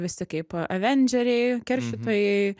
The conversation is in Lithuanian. visi kaip avendžeriai keršytojai